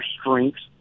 strengths